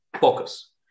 focus